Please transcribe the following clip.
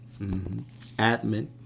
Admin